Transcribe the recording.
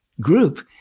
group